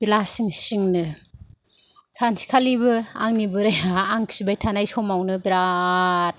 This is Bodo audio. लासिं सिंनो सानसेखालिबो आंनि बोराया आं खिबाय थानाय समावनो बिरात